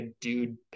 dude